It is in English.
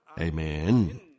Amen